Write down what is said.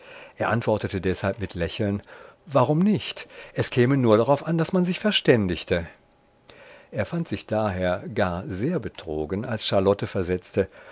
er antwortete deshalb mit lächeln warum nicht es käme nur darauf an daß man sich verständigte er fand sich daher gar sehr betrogen als charlotte versetzte